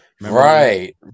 Right